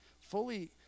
fully